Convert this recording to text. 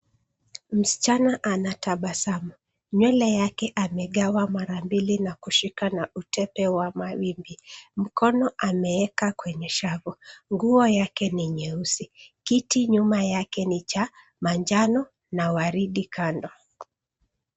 Msichana anatabasamu. Nywele yake amegawa mara mbili na kushika na utepe wa mawimbi. Mkono ameeka kwenye shavu, nguo yake ni nyeusi. Kiti nyuma yake ni cha manjano na waridi kando.